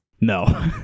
No